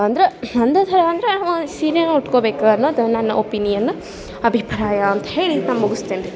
ಅಂದ್ರೆ ಒಂದೇ ಥರ ಅಂದರೆ ಸೀರೆನ ಉಟ್ಕೋಬೇಕು ಅನ್ನೋದು ನನ್ನ ಒಪೀನಿಯನ್ನು ಅಭಿಪ್ರಾಯ ಅಂತ ಹೇಳಿ ನಾನು ಮುಗಿಸ್ತೇನ್ ರೀ